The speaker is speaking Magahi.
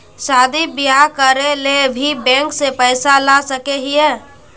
शादी बियाह करे ले भी बैंक से पैसा ला सके हिये?